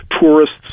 tourists